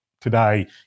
today